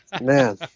man